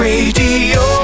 Radio